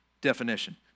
definition